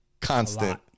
constant